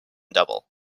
double